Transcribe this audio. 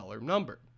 number